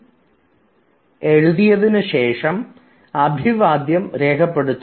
Subject line എഴുതിയതിനു ശേഷം അഭിവാദ്യം രേഖപ്പെടുത്തുക